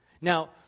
Now